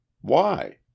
Why